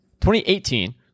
2018